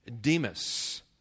Demas